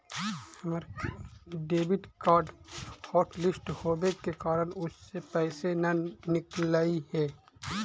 हमर debit card hotlist होवे के कारण उससे पैसे न निकलई हे